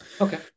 Okay